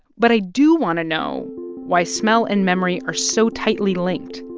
but i do want to know why smell and memory are so tightly linked.